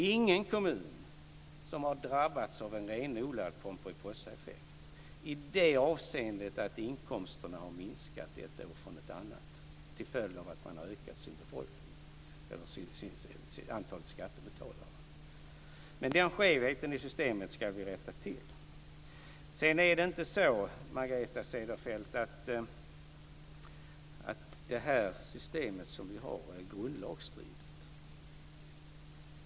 Ingen kommun har drabbats av en renodlad Pomperipossaeffekt i det avseendet att inkomsterna från ett år till ett annat har minskat till följd av ett ökat antal skattebetalare. Den skevheten i systemet ska vi alltså rätta till. Sedan är det inte så, Margareta Cederfelt, att det system som vi nu har är grundlagsstridigt.